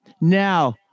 now